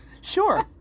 Sure